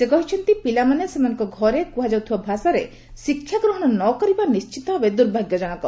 ସେ କହିଛନ୍ତି ପିଲାମାନେ ସେମାନଙ୍କ ଘରେ କୁହାଯାଉଥିବା ଭାଷାରେ ଶିକ୍ଷାଗ୍ରହଣ ନ କରିବା ନିର୍ଣିତଭାବେ ଦୁର୍ଭାଗ୍ୟଜନକ